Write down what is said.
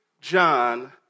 John